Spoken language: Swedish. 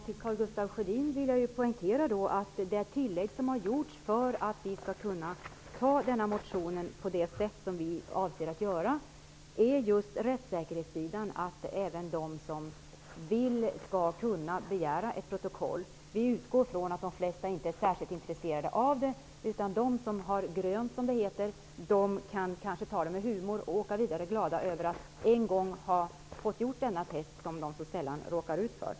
Fru talman! Jag vill poängtera att det tillägg som har gjorts för att vi skall kunna anta den här motionen så som vi avser berör just rättssäkerhetsaspekten, att de som vill skall kunna begära ett protokoll. Vi utgår från att de flesta inte är särskilt intresserade av det, utan att de som så att säga ''har grönt'' skall kunna ta kontrollen med humor och åka vidare glada över att en gång ha fått genomgå denna test, som man så sällan råkar ut för.